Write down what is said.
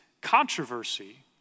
controversy